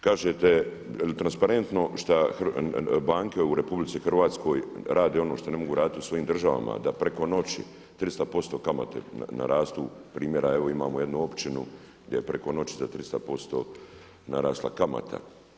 Kažete jeli transparentno što banke u RH rade ono što ne mogu raditi u svojim državama, da preko noći 300% kamate narastu, primjer imamo jednu općinu gdje je preko noći za 300% narasla kamata?